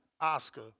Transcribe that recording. Oscar